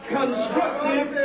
constructive